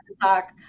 talk